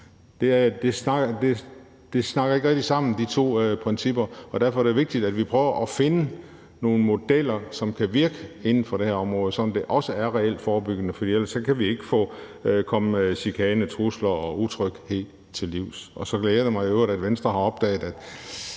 snakker ikke rigtig sammen, og derfor er det vigtigt, at vi prøver at finde nogle modeller, som kan virke inden for det her område, sådan at det også er reelt forebyggende – for ellers kan vi ikke komme chikane, trusler og utryghed til livs. Og så glæder det mig i øvrigt, at Venstre har opdaget,